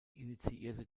initiierte